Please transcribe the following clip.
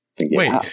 Wait